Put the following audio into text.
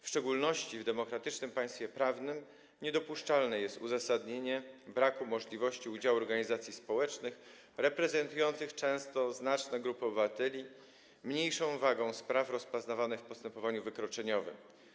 W szczególności w demokratycznym państwie prawnym niedopuszczalne jest uzasadnianie braku możliwości udziału organizacji społecznych, reprezentujących często znaczne grupy obywateli, mniejszą wagą spraw rozpoznawanych w postępowaniu wykroczeniowym.